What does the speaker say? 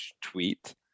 tweet